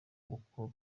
uku